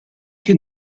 che